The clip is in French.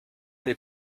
les